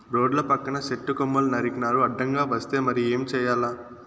రోడ్ల పక్కన సెట్టు కొమ్మలు నరికినారు అడ్డంగా వస్తే మరి ఏం చేయాల